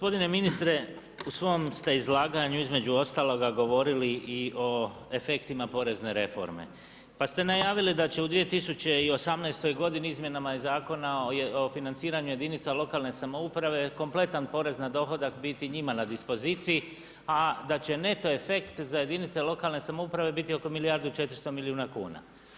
Gospodine ministre, u svom ste izlaganju između ostaloga govorili i o efektima porezne reforme, pa ste najavili da će u 2018. godini izmjenama Zakona o financiranju jedinica lokalne samouprave kompletan porez na dohodak biti njima na dispoziciji, a da će neto efekt za jedinice lokalne samouprave biti oko milijardu i 400 milijuna kuna.